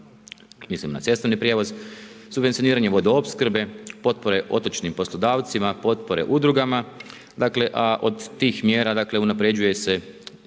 mislim na cestovni prijevoz, subvencioniranje vodoopskrbe, potpore otočnim poslodavcima, potpore udrugama, dakle a od tih mjera unapređuju se